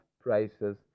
prices